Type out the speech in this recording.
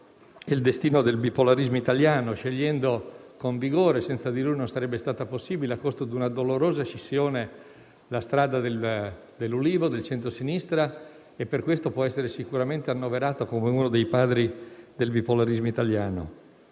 il destino del bipolarismo italiano, scegliendo con vigore. Senza di lui non sarebbe stata possibile, a costo di una dolorosa scissione, la strada dell'Ulivo e del centrosinistra. Per questo può essere sicuramente annoverato come uno dei padri del bipolarismo italiano.